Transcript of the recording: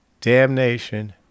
damnation